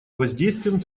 воздействием